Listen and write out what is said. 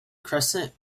crescent